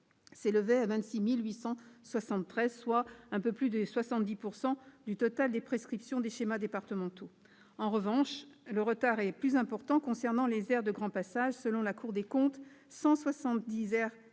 s'élevait à 26 873, soit un peu plus de 70 % du total des prescriptions des schémas départementaux. En revanche, le retard est plus important concernant les aires de grand passage : selon la Cour des comptes, 170 aires avaient